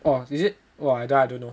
oh is it !wah! that one I don't know